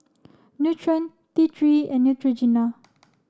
Nutren T three and Neutrogena